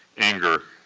anger,